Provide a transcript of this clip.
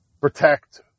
Protect